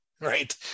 right